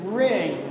ring